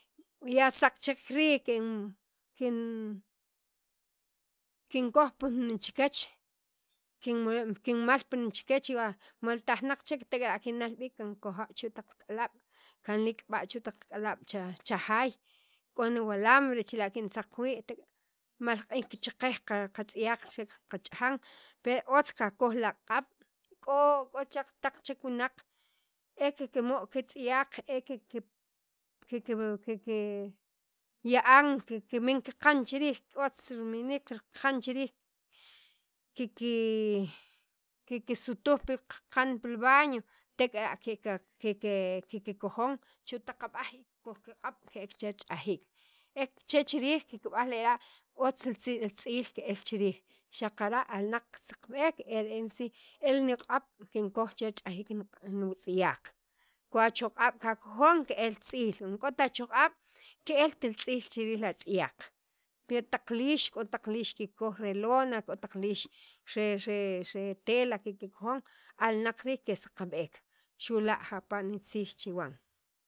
ya saq chek riij kin kin kinkoj pi jun chikyach kin kinmal pi jun chikyach wa maltaj naq chek kinal b'iik kinkojo' chu' taq k'alaab' kanlikb'a' chu' taq k'alab' cha jaay k'o walambre chila' kintaq wii' tek' mal q'iij kichaqej qa qatz'yaq che qach'ajan pe otz qakoj la q'ab' k'o chek taq wunaq e kikmu' kitz'yaq e kiki kiki ya'an kiki min kiqan chi riij otz rimiik kiqan chi riij kiki kiksutuj pil kiqan pil baño tek'ara' kik kikojon chu' taq ab'aj y kikoj kiq'ab' ke'ak che ch'ajiik e chi chiriij kikb'aj lera' otz li tz'iil ke'el chi riij xaqara' alnaq kisaqb'ek e re'en si e niq'ab' kinkoj che rich'ajiik niwutz'yaq k'o achoq'ab' kakojon ke'el li tz'iil nik'ot achoq'ab' ke'lt tz'iil chirij li atz'yaq pe li liix k'o taq liix kikoj re lona re k'o taq liix re re tela kikojon alnaq riij kisakb'ek xu' la' jat'araj nitziij chiwan.